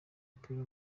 w’umupira